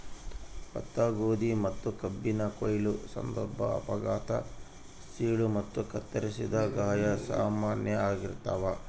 ಭತ್ತ ಗೋಧಿ ಮತ್ತುಕಬ್ಬಿನ ಕೊಯ್ಲು ಸಂದರ್ಭ ಅಪಘಾತ ಸೀಳು ಮತ್ತು ಕತ್ತರಿಸಿದ ಗಾಯ ಸಾಮಾನ್ಯ ಆಗಿರ್ತಾವ